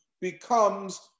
becomes